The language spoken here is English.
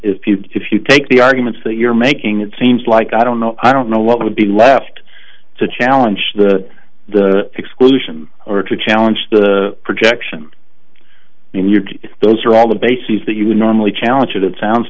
now if you take the arguments that you're making it seems like i don't know i don't know what would be left to challenge the the exclusion or to challenge the projection if those are all the bases that you would normally challenge of that sounds